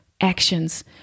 actions